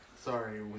Sorry